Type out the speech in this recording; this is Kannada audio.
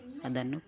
ಅದನ್ನು